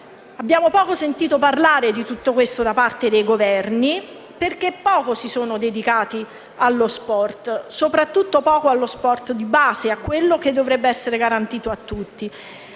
abbiamo sentito parlare poco di tutto questo da parte dei Governi perché poco si sono dedicati allo sport, e soprattutto poco allo sport di base, a quello che dovrebbe essere garantito a tutti.